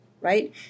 right